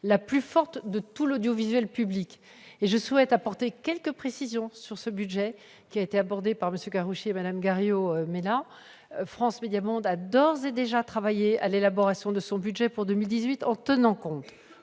la plus forte de tout l'audiovisuel public. Je souhaite apporter quelques précisions sur ce budget abordé par M. Karoutchi et par Mme Garriaud-Maylam. France Médias Monde a d'ores et déjà travaillé à l'élaboration de son budget pour 2018 en tenant compte